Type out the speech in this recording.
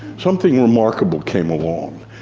something remarkable came along.